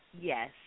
Yes